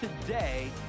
today